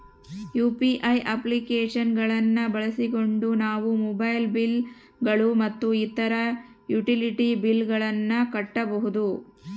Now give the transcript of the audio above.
UPI application ಗಳನ್ನ ಬಳಸಿಕೊಂಡು ನಾವು ಮೊಬೈಲ್ ಬಿಲ್ ಗಳು ಮತ್ತು ಇತರ ಯುಟಿಲಿಟಿ ಬಿಲ್ ಗಳನ್ನ ಕಟ್ಟಬಹುದು